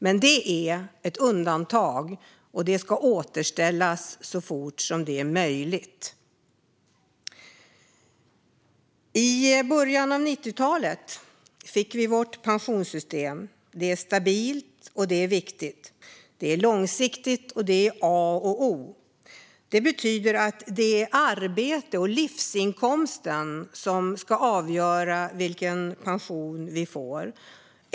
Men det är ett undantag, och det ska återställas så fort det är möjligt. I början av 90-talet fick vi vårt pensionssystem. Det är stabilt, och det är viktigt. Det är långsiktigt, och det är A och O. Det betyder att det är arbete och livsinkomst som ska avgöra vilken pension vi får.